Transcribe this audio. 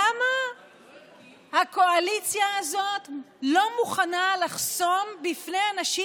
למה הקואליציה הזאת לא מוכנה לחסום בפני אנשים